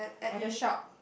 at the shop